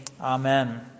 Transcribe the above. Amen